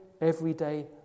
everyday